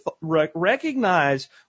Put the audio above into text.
recognize